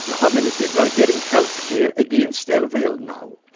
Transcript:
how many people are getting healthcare against their will now?